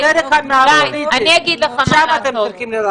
זה אחד מעליו, ביבי, שם אתם צריכים להילחם.